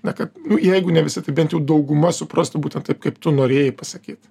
na kad jeigu ne visi tai bent dauguma suprastų būtent taip kaip tu norėjai pasakyt